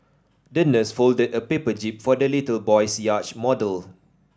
the nurse folded a paper jib for the little boy's yacht model